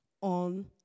on